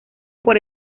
por